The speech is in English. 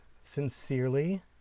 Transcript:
sincerely